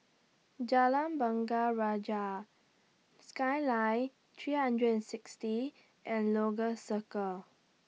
Jalan Bunga Raya Skyline three hundred and sixty and Lagos Circle